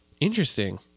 Interesting